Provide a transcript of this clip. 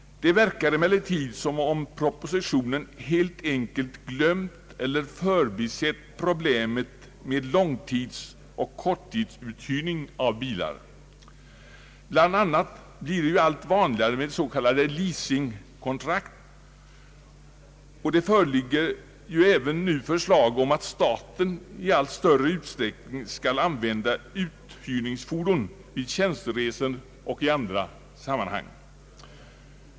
Det verkar emellertid som om man i propositionen helt enkelt förbisett problemet med långtidsoch korttidsuthyrning av bilar. Bland annat blir det allt vanligare med s.k. leasing-kontrakt, och det föreligger även nu förslag om att staten i allt större utsträckning skall använda uthyrningsfordon vid tjänsteresor och i andra sammanhang.